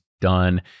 done